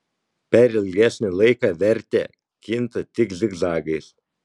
per ilgesnį laiką vertė kinta tik zigzagais